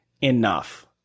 enough